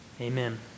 Amen